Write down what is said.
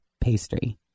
pastry